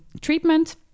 treatment